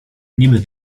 niby